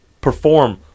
perform